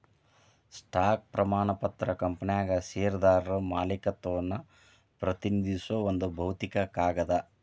stock ಪ್ರಮಾಣ ಪತ್ರ ಕಂಪನ್ಯಾಗ ಷೇರ್ದಾರ ಮಾಲೇಕತ್ವವನ್ನ ಪ್ರತಿನಿಧಿಸೋ ಒಂದ್ ಭೌತಿಕ ಕಾಗದ